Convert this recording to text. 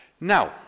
Now